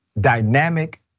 dynamic